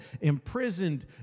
imprisoned